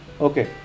Okay